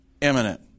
imminent